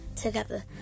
Together